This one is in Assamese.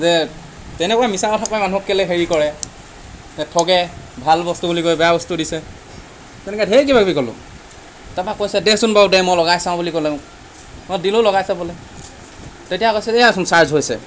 যে তেনেকুৱা মিছা কথা কৈ মানুহক কেলৈ হেৰি কৰে ঠগে ভাল বস্তু বুলি কৈ বেয়া বস্তু দিছে তেনেকৈ ধেৰ কিবা কিবি ক'লোঁ তাৰপৰা কৈছে দেচোন বাওৰু দে মই লগাই চাওঁ বুলি ক'লে মোক মই দিলোঁ লগাই চাবলৈ তেতিয়া কৈছে যে এইয়াচোন চাৰ্জ হৈছে